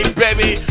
baby